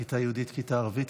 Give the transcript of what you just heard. כיתה יהודית וכיתה ערבית.